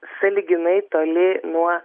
sąlyginai toli nuo